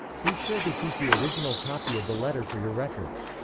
be sure to keep the original copy of the letter for your records.